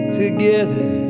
together